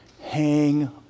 Hang